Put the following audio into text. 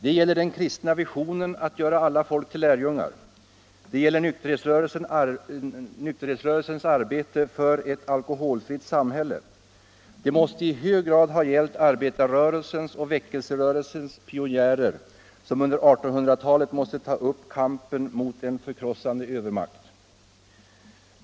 Detta gäller den kristna visionen att göra alla folk till lärjungar, det gäller också nykterhetsrörelsens arbete för ett alkoholfritt samhälle, och det måste i hög grad ha gällt arbetarrörelsens och väckelserörelsens pionjärer som under 1800-talet måste ta upp kampen mot en förkrossande övermakt.